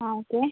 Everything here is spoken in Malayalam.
ആ ഓക്കെ